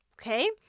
okay